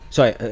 Sorry